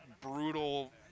brutal